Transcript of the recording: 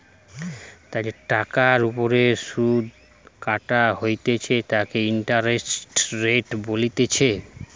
টাকার ওপর সুধ কাটা হইতেছে তাকে ইন্টারেস্ট রেট বলতিছে